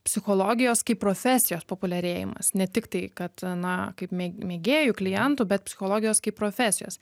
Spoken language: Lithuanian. psichologijos kaip profesijos populiarėjimas ne tik tai kad na kaip me mėgėjų klientų bet psichologijos kaip profesijos